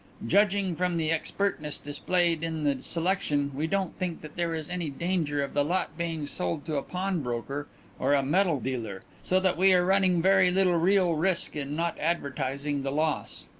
judging from the expertness displayed in the selection, we don't think that there is any danger of the lot being sold to a pawnbroker or a metal-dealer, so that we are running very little real risk in not advertising the loss.